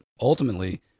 Ultimately